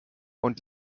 und